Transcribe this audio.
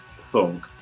thunk